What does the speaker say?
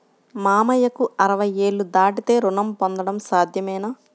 మామయ్యకు అరవై ఏళ్లు దాటితే రుణం పొందడం సాధ్యమేనా?